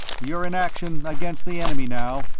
you're in action against the enemy now,